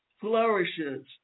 flourishes